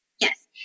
Yes